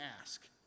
ask